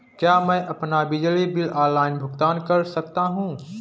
क्या मैं अपना बिजली बिल ऑनलाइन भुगतान कर सकता हूँ?